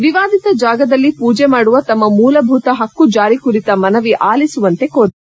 ವಿವಾದಿತ ಜಾಗದಲ್ಲಿ ಪೂಜೆ ಮಾಡುವ ತಮ್ಮ ಮೂಲಭೂತ ಹಕ್ಕು ಜಾರಿ ಕುರಿತ ಮನವಿ ಆಲಿಸುವಂತೆ ಕೋರಿದ್ದಾರೆ